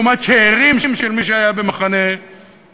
לעומת שאירים של מי שהיה במחנה השמדה.